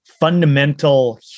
fundamental